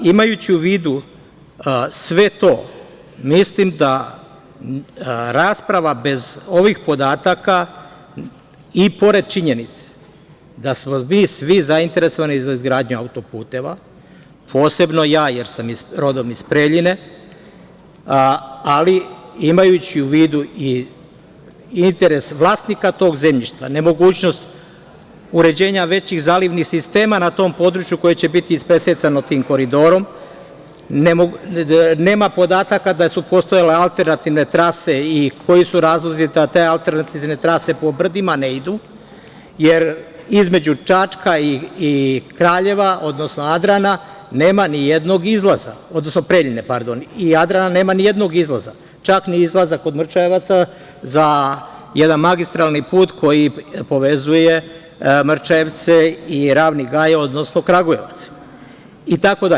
Imajući u vidu sve to, mislim da rasprava bez ovih podataka i pored činjenice da smo mi svi zainteresovani za izgradnju autoputeva, posebno ja, jer sam rodom iz Preljine, ali imajući u vidu interes vlasnika tog zemljišta, nemogućnost uređenja većih zalivnih sistema na tom području koje će biti ispresecano tim koridorom, nema podataka da su postojale alternativne trase i koji su razlozi da te alternativne trase po brdima ne idu, jer između Čačka i Kraljeva, odnosno Adrana nema nijednog izlaza, odnosno Preljine pardon, i Jadrana nema nijednog izlaza, čak ni izlaza kod Mrčajevaca za jedan magistralni put koji povezuje Mrčajevce i Ravni Gaj, odnosno Kragujevac, itd.